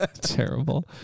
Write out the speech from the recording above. Terrible